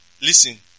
Listen